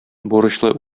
бурычлы